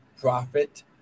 profit